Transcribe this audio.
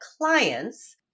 clients